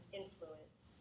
influence